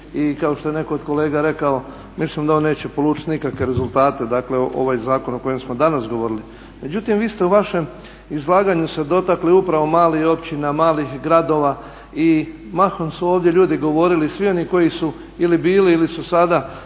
i kao što je netko od kolega rekao mislim da on neće polučiti nikakve rezultate, dakle ovaj zakon o kojem smo danas govorili. Međutim, vi ste u vašem izlaganju se dotakli upravo malih općina, malih gradova i mahom su ovdje ljudi govorili svi oni koji su ili bili ili su sada